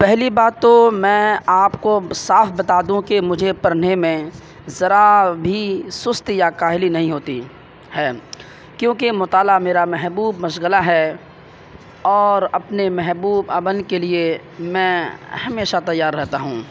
پہلی بار تو میں آپ کو صاف بتا دوں کہ مجھے پرھنے میں ذرا بھی سست یا کاہلی نہیں ہوتی ہے کیونکہ مطالعہ میرا محبوب مشغلہ ہے اور اپنے محبوب عمل کے لیے میں ہمیشہ تیّار رہتا ہوں